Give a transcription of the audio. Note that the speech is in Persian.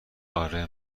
اره